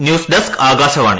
news desk Akashvani